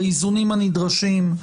באיזונים הנדרשים,